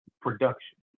production